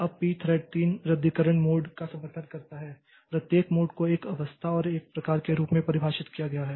अब pthread तीन रद्दीकरण मोड का समर्थन करता है प्रत्येक मोड को एक अवस्था और एक प्रकार के रूप में परिभाषित किया गया है